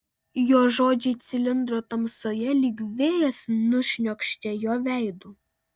jo žodžiai cilindro tamsoje lyg vėjas nušniokštė jo veidu